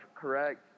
correct